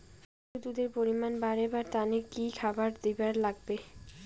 গরুর দুধ এর পরিমাণ বারেবার তানে কি খাবার দিবার লাগবে?